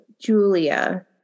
Julia